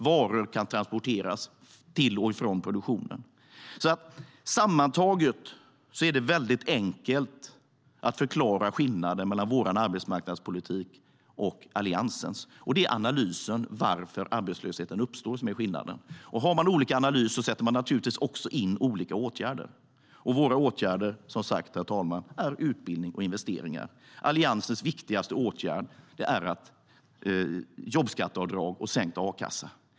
Varor kan transporteras till och från produktionen. Våra åtgärder är som sagt, herr talman, utbildning och investeringar. Alliansens viktigaste åtgärd är jobbskatteavdrag och sänkt a-kassa.